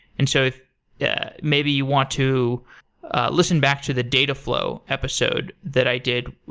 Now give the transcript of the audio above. and so yeah maybe you want to listen back to the dataflow episode that i did.